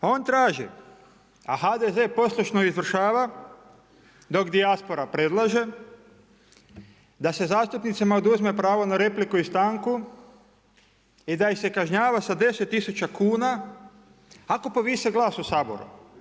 Pa on traži a HDZ poslušno izvršava, dok dijaspora predlaže, da se zastupnicima oduzme pravo na repliku i stanku, i da ih se kažnjava sa 10000 kn, ako povise glas u Saboru.